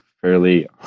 fairly